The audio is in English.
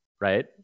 right